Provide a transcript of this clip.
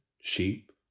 sheep